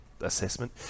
assessment